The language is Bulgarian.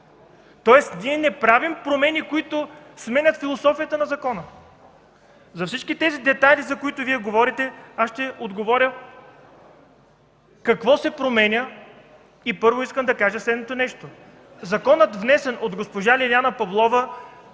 Тоест, ние не правим промени, които сменят философията на закона. За всички тези детайли, за които говорите, ще отговоря какво се променя и, първо, искам да кажа следното нещо. Законът, внесен от госпожа Лиляна Павлова,